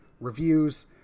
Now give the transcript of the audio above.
reviews